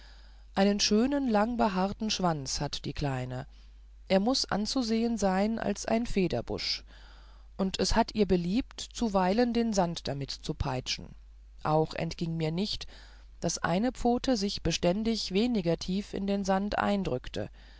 einen schönen langbehaarten schwanz hat die kleine und er muß anzusehen sein als ein federbusch und es hat ihr beliebt zuweilen den sand damit zu peitschen auch entging mir nicht daß eine pfote sich beständig weniger tief in den sand eindrückte